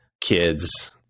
kids